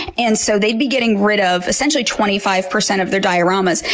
and so they'd be getting rid of, essentially, twenty five percent of their dioramas.